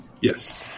Yes